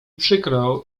przykro